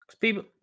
people